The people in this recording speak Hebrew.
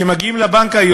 כשמגיעים היום לבנק,